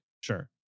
Sure